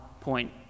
point